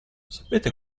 sapete